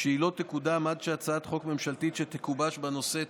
והיא לא תקודם עד שהצעת חוק ממשלתית שתגובש בנושא תוצמד,